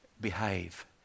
behave